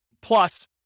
plus